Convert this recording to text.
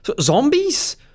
Zombies